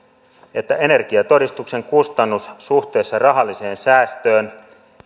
energiatodistuksen kustannus suhteessa rahalliseen säästöön